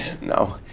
No